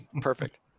Perfect